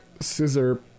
scissor